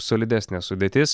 solidesnė sudėtis